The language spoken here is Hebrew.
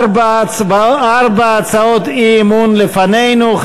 ארבע הצעות אי-אמון לפנינו.